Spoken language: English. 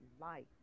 life